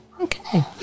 okay